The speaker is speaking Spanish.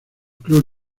clubs